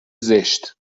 زشت